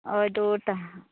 हय दवरता